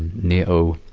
nato,